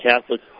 Catholic